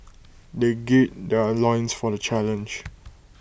they gird their loins for the challenge